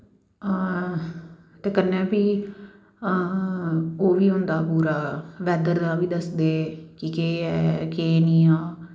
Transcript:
ते कन्ने फ्ही ओह् बी होंदा पूरा बैदर दा बी दसदे कि केह् ऐ केह् नी आ